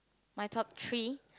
my top three